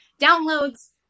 downloads